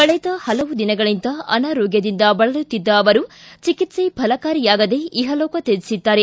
ಕಳೆದ ಹಲವು ದಿನಗಳಿಂದ ಅನಾರೋಗ್ಯದಿಂದ ಬಳಲುತ್ತಿದ್ದ ಅವರು ಚಿಕಿತ್ಸೆ ಫಲಕಾರಿಯಾಗದೇ ಇಹಲೋಕ ತ್ಯಜಿಸಿದ್ದಾರೆ